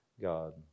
God